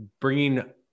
bringing